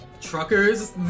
truckers